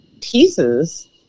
pieces